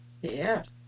Yes